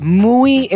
muy